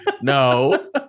No